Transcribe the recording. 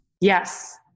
Yes